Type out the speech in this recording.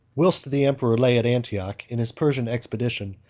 whilst the emperor lay at antioch, in his persian expedition,